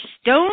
stone